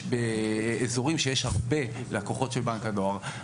באזורים שיש הרבה לקוחות של בנק הדואר,